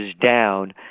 down